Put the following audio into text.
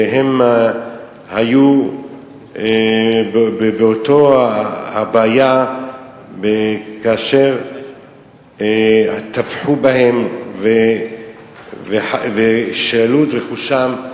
שהם היו באותה הבעיה כאשר טבחו בהם ושללו את רכושם.